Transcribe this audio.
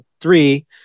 three